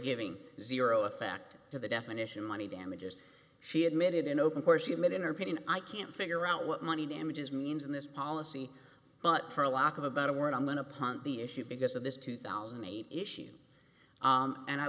giving zero effect to the definition money damages she admitted in open court she admit in her opinion i can't figure out what money damages means in this policy but for a lock of a better word i'm going to punt the issue because of this two thousand and eight issue and i